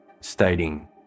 stating